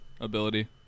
ability